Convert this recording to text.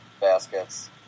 baskets